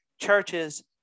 churches